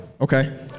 Okay